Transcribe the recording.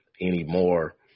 anymore